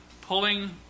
pulling